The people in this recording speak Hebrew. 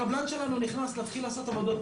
הקבלן שלנו נכנס להתחיל לעשות עבודות,